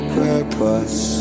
purpose